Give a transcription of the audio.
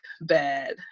bad